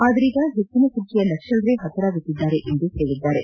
ಆದರೀಗ ಹೆಚ್ಚನ ಸಂಖ್ಯೆಯ ನಕ್ಸಲರೆ ಪತರಾಗುತ್ತಿದ್ದಾರೆ ಎಂದು ಹೇಳಿದ್ದಾರೆ